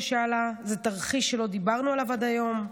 ששאלה: זה תרחיש שלא דיברנו עליו עד היום?